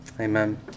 Amen